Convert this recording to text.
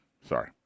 Sorry